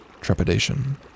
trepidation